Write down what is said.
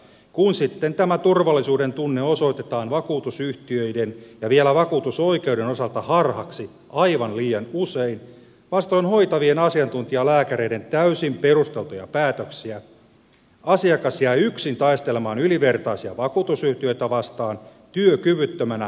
kun sitten tämä turvallisuudentunne osoitetaan vakuutusyhtiöiden ja vielä vakuutusoikeuden osalta harhaksi aivan liian usein vastoin hoita vien asiantuntijalääkäreiden täysin perusteltuja päätöksiä asiakas jää yksin taistelemaan ylivertaisia vakuutusyhtiöitä vastaan työkyvyttömänä ja rahattomana